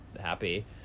happy